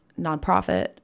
nonprofit